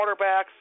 quarterbacks